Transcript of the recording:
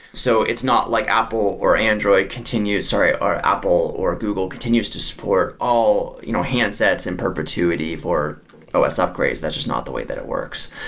so it's not like apple or android continues or apple, or google continues to support all you know handsets in perpetuity for os upgrades. that's just not the way that it works.